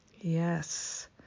Yes